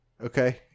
Okay